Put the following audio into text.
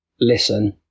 listen